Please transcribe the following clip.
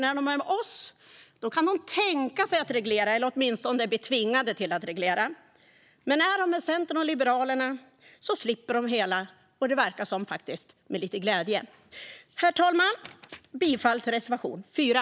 När de är med oss kan de tänka sig, eller åtminstone bli tvingade till, att reglera. Är de med Centern och Liberalerna slipper de dock det - med lite glädje, verkar det faktiskt som. Herr talman! Jag yrkar bifall till reservation 4.